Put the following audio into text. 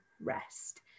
rest